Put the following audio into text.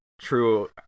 true